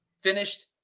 Finished